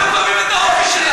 בתוכנית החלוקה,